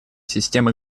системы